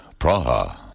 Praha